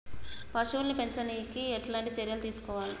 పశువుల్ని పెంచనీకి ఎట్లాంటి చర్యలు తీసుకోవాలే?